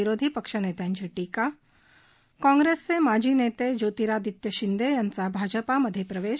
विरोधी पक्षनेत्यांची टीका काँग्रेसचे माजी नेते ज्योतिरादित्य शिंदे यांचा भाजपमध्ये प्रवेश